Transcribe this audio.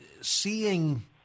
seeing